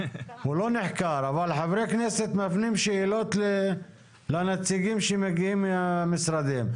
אבל חברי הכנסת מפנים שאלות לנציגים שמגיעים מהמשרדים.